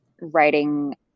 writing